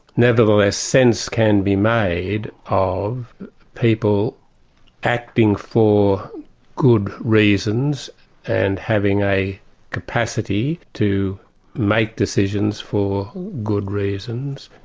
nevertheless sense can be made of people acting for good reasons and having a capacity to make decisions for good reasons,